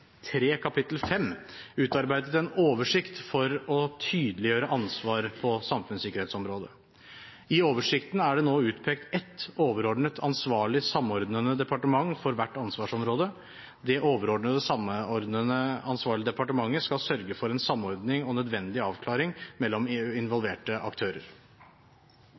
kapittel 5, utarbeidet en oversikt for å tydeliggjøre ansvar på samfunnssikkerhetsområdet. I oversikten er det nå utpekt ett overordnet ansvarlig, samordnende departement for hvert ansvarsområde. Det overordnede ansvarlige, samordnende departementet skal sørge for samordning og nødvendig avklaring mellom involverte aktører.